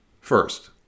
First